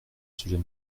sujet